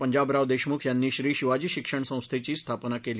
पंजाबराव देशमुख यांनी श्री शिवाजी शिक्षण संस्थेची स्थापना केली